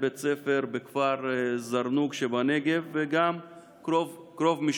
בית ספר בכפר זרנוק שבנגב וגם של קרוב משפחתו.